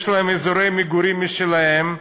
יש להם אזורי מגורים משלהם,